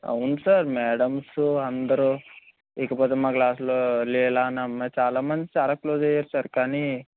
అవును sir madams అందరూ ఇకపోతే మా క్లాస్లో లీలా అనే అమ్మాయి చాలా మంది చాలా క్లోజ్ అయ్యారు సార్ కానీ